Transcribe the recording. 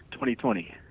2020